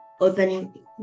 open